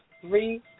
three